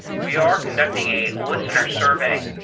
we are conducting a listener survey.